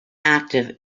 active